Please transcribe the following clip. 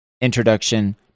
introduction